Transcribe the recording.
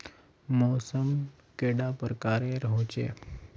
मौसम कैडा प्रकारेर होचे?